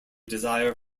desire